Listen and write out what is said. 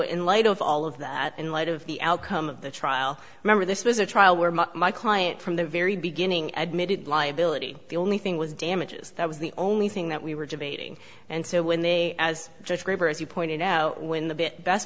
in light of all of that in light of the outcome of the trial remember this was a trial where my client from the very beginning admittedly ability the only thing was damages that was the only thing that we were debating and so when they as judge gruber as you pointed out when the b